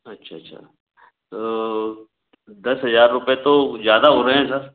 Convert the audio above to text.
अच्छा छा दस हज़ार रुपये तो ज़्यादा हो रहे हैं सर